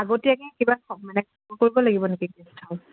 আগতীয়াকে কিবা মানে খবৰ কৰিব লাগিব নেকি